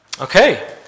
Okay